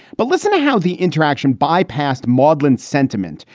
but listen to how the interaction bypassed maudlin sentiment,